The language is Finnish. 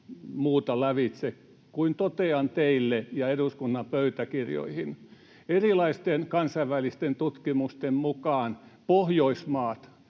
muuta lävitse totean teille ja eduskunnan pöytäkirjoihin: Erilaisten kansainvälisten tutkimusten mukaan Pohjoismaat